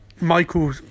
Michael